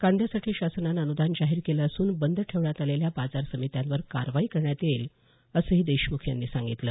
कांद्यासाठी शासनानं अनुदान जाहीर केलं असून बंद ठेवण्यात आलेल्या बाजार समित्यांवर कारवाई करण्यात येईल असंही देशमुख यांनी सांगितलं